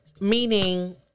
Meaning